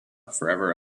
forever